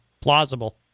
plausible